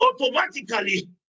automatically